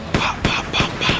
pop, pop.